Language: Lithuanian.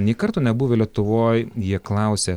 nė karto nebuvę lietuvoj jie klausia